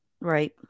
Right